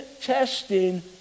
testing